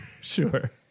Sure